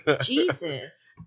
Jesus